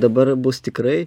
dabar bus tikrai